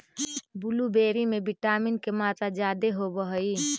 blueberry में vitamin के मात्रा जादे होब हई